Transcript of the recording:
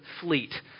fleet